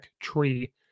tree